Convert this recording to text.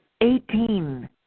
eighteen